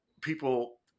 people